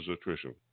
attrition